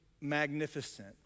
magnificent